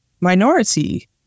minority